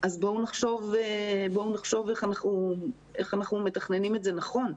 בואו נחשוב איך אנחנו מתכננים את זה נכון,